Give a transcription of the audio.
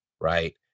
right